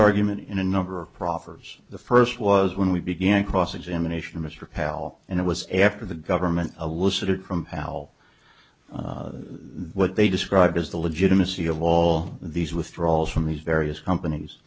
argument in a number of proverbs the first was when we began cross examination of mr pal and it was after the government alyssa krumm how the what they described as the legitimacy of all these withdrawals from these various companies